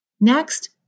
Next